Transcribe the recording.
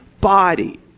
body